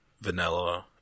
Vanilla